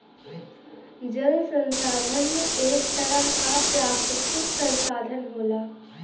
जल संसाधन एक तरह क प्राकृतिक संसाधन होला